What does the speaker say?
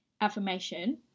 affirmation